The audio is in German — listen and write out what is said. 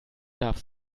darf